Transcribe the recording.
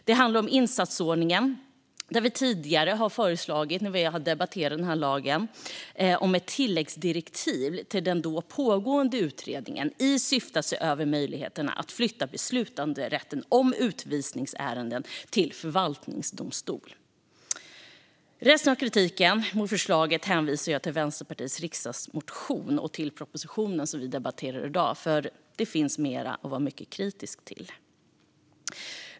Det handlar om insatsordningen där vi tidigare när vi har debatterat den här lagen har föreslagit ett tilläggsdirektiv till den då pågående utredningen i syfte att se över möjligheten att flytta beslutanderätten om utvisningsärenden till förvaltningsdomstolarna. När det gäller resten av kritiken mot förslaget hänvisar jag till Vänsterpartiets riksdagsmotion och till propositionen som vi debatterar i dag, för det finns mer att vara mycket kritisk mot.